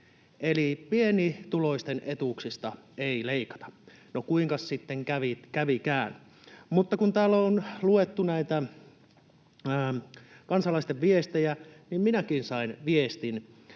eli pienituloisten etuuksista ei leikata. No, kuinkas sitten kävikään? Kun täällä on luettu näitä kansalaisten viestejä, niin minäkin sain viestin.